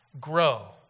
Grow